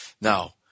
Now